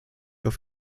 auf